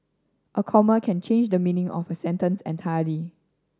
a comma can change the meaning of a sentence entirely